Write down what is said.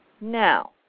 now